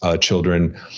children